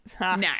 No